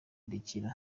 dusaba